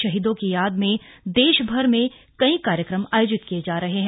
शहीदों की याद में देशभर में कई कार्यक्रम आयोजित किए जा रहे हैं